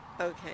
Okay